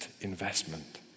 investment